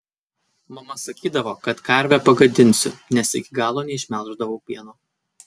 mama sakydavo kad karvę pagadinsiu nes iki galo neišmelždavau pieno